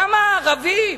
כמה ערבים?